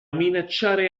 minacciare